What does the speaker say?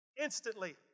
Instantly